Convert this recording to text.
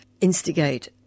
instigate